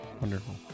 Wonderful